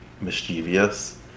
mischievous